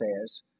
says